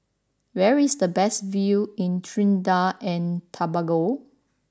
where is the best view in Trinidad and Tobago